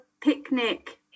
picnic